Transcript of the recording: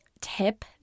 tip